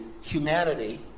humanity